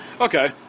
Okay